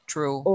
True